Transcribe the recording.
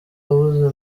wabuze